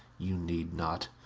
you need not.